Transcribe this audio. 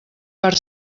per